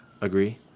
Agree